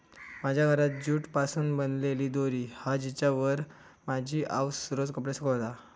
माझ्या घरात जूट पासून बनलेली दोरी हा जिच्यावर माझी आउस रोज कपडे सुकवता